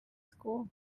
school